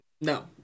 no